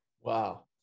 wow